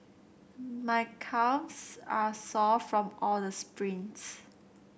my calves are sore from all the sprints